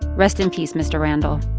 rest in peace, mr. randle